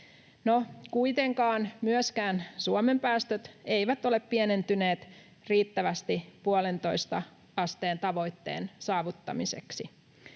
Kuitenkaan myöskään Suomen päästöt eivät ole pienentyneet riittävästi 1,5 asteen tavoitteen saavuttamiseksi.